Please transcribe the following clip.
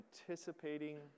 anticipating